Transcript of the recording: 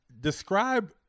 describe